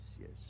yes